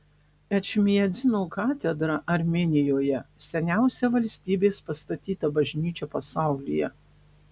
ečmiadzino katedra armėnijoje seniausia valstybės pastatyta bažnyčia pasaulyje